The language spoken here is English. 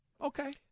Okay